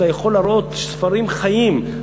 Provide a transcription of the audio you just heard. ואתה יכול להראות ספרים חיים.